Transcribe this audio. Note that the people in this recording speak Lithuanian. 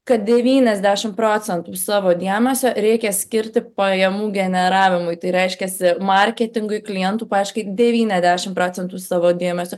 kad devyniasdešim procentų savo dėmesio reikia skirti pajamų generavimui tai reiškiasi marketingui klientų paieškai devyniasdešim procentų savo dėmesio